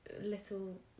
little